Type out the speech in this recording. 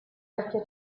vecchia